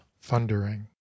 thundering